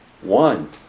One